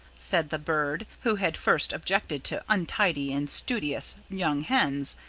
said the bird who had first objected to untidy and studious young hens.